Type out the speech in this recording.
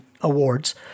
awards